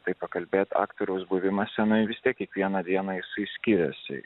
tai pakalbėti atviras buvimas seniai vis tiek kiekvieną dieną išsiskyrusi